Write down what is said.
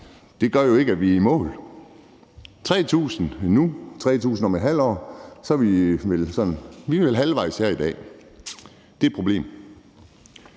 det gør jo ikke, at vi er i mål. Det er 3.000 nu og 3.000 om et halvt år. Vi er vel halvvejs her i dag. Det er et problem.